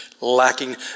lacking